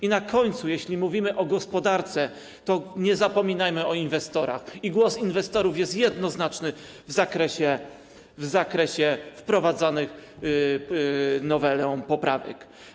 I na końcu, jeśli mówimy o gospodarce, to nie zapominajmy o inwestorach, a głos inwestorów jest jednoznaczny w zakresie wprowadzanych nowelą poprawek.